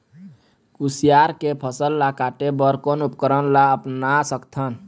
कुसियार के फसल ला काटे बर कोन उपकरण ला अपना सकथन?